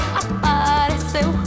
apareceu